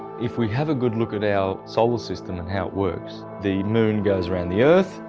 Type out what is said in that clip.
if we have a good look at our solar system and how it works, the moon goes around the earth,